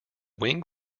wing